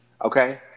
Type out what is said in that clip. okay